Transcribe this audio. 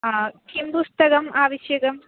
हा किं पुस्तकम् आवश्यकम्